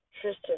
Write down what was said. Tristan